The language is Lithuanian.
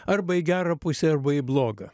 arba į gerą pusę arba į blogą